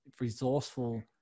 resourceful